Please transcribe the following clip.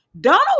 Donald